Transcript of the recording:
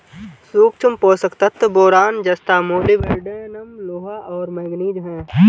सूक्ष्म पोषक तत्व बोरान जस्ता मोलिब्डेनम लोहा और मैंगनीज हैं